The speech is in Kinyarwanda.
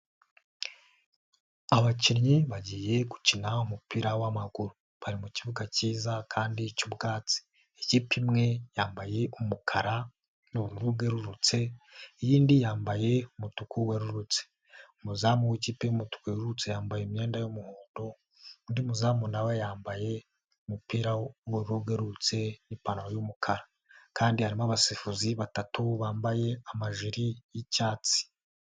Abakinnyi bagiye gukina umupira w'amaguru bari mu kibuga kiza kandi cy'ubwatsi, ikipe imwe yambaye umukara n'ubururu bwerurutse iyindi yambaye umutuku werurutse, umuzamu w'ikipe y'umutuku werurutse yambaye imyenda y'umuhondo undi muzamu na we yambaye umupira w'ubururu bwerurutse n'ipantaro y'umukara kandi harimo abasifuzi batatu bambaye amajiri y'icyatsi.